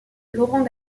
laurent